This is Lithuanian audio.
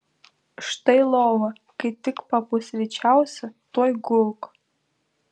štai lova kai tik papusryčiausi tuoj gulk